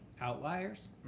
outliers